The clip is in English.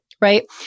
right